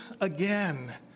again